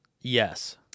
Yes